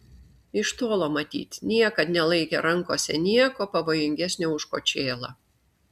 iš tolo matyt niekad nelaikė rankose nieko pavojingesnio už kočėlą